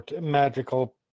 magical